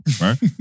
right